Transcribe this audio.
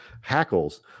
hackles